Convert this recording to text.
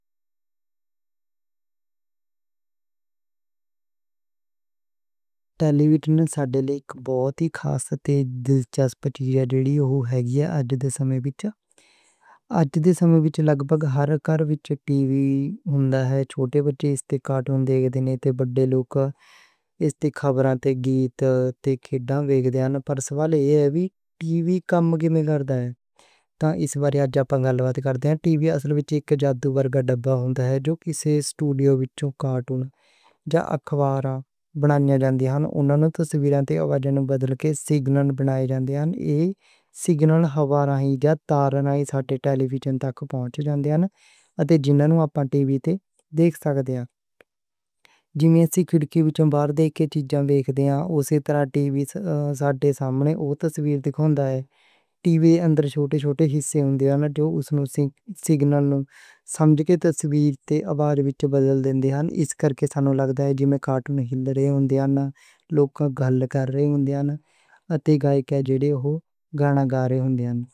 ٹیلیویژن ساڈے لئی بہت خاص تے دلچسپ چیز ہے جی۔ آج دے سمے وچ لگ بھگ ہر کار وچ ٹی وی ہوندا ہے۔ ایمیں چھوٹے بچے کارٹون ویکھدے نیں تے وڈے لوک اس تے خبریں تے گیت کھیڈاں ویکھدے نیں۔ پر ٹی وی کم کِدّاں کردا ہے؟ تے اس گل دے بارے آپاں گل کردے آں، ٹی وی اک جادوئی ڈبّا ہے جو اسٹوڈیو وچ کارٹون تے خبریں بناؤندا جاندا ہے۔ انہاں تصویراں تے آوازاں نوں بدل کے سگنل بنا کے انہاں نوں ہوا وچ بغیر تار دے تے سگنل نال جڑا ہوندا ٹی وی تک پہنچ جاندا تے جیہڑیاں آپاں ٹی وی تے ویکھ سکدے آں۔ جیویں کھڑکی توں باہر تصویراں ویکھ سکدے آں، ٹی وی وی ایداں دا طریقہ ہے تصویراں دکھاؤندا۔ ٹی وی دے چھوٹے چھوٹے حصے ہوندے نیں جو سگنل نوں آواز وچ بدل کے تے سگنل نوں سمجھ کے تصویر تے آواز وی دکھاؤندے نیں۔ مینوں ایہہ نہیں لگدا کہ کارٹون وچ لگے چل دے نیں، اوہ آج کل گانا گا رہے نیں۔